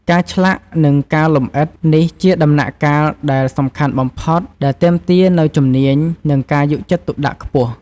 ការឆ្លាក់ និងការលម្អិត នេះជាដំណាក់កាលដែលសំខាន់បំផុត ដែលទាមទារនូវជំនាញ និងការយកចិត្តទុកដាក់ខ្ពស់។